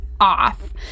off